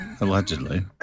Allegedly